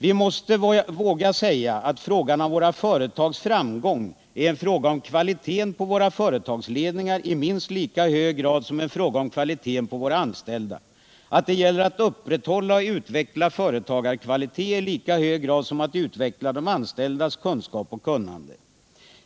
Vi måste våga säga att frågan om våra företags framgång är en fråga om kvaliteten på våra företagsledningar i minst lika hög grad som en fråga om kvaliteten på våra anställda, att det gäller att upprätthålla och utveckla företagarkvalitet i lika hög grad som att utveckla de anställdas kunskap och kunnande.